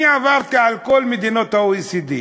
אני עברתי על כל מדינות ה-OECD,